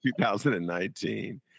2019